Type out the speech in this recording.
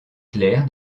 clair